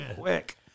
Quick